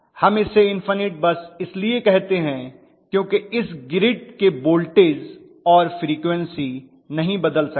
हम इसे infinite bus इसलिए कहते हैं क्योंकि इस ग्रिड के वोल्टेज और फ्रीक्वन्सी नहीं बदल सकते